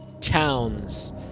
Towns